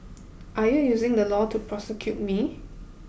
are you using the law to persecute me